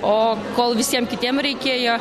o kol visiem kitiem reikėjo